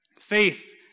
faith